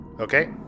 Okay